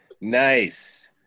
Nice